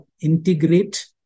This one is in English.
integrate